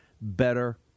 better